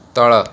ତଳ